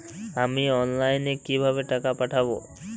আমি অনলাইনে কিভাবে টাকা পাঠাব?